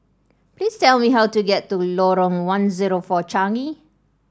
please tell me how to get to Lorong one zero four Changi